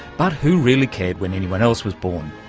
but who really cared when anyone else was born?